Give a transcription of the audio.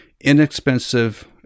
inexpensive